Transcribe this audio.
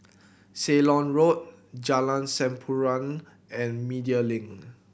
Ceylon Road Jalan Sampurna and Media Link